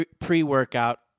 pre-workout